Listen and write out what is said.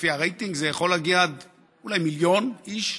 לפי הרייטינג זה יכול להגיע עד אולי מיליון איש,